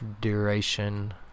duration